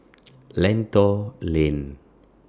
Lentor Lane